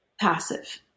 passive